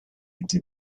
into